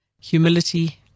humility